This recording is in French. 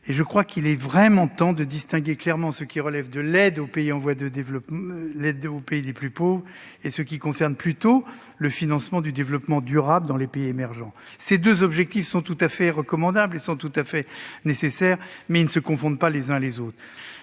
nos concitoyens. Il est véritablement temps de distinguer clairement ce qui relève de l'aide aux pays les plus pauvres et ce qui concerne plutôt le financement du développement durable dans les pays émergents. Ces deux objectifs sont tout à fait recommandables et nécessaires, mais ils ne se confondent pas. Très bien